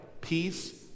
peace